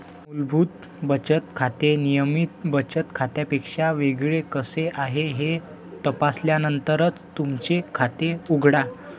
मूलभूत बचत खाते नियमित बचत खात्यापेक्षा वेगळे कसे आहे हे तपासल्यानंतरच तुमचे खाते उघडा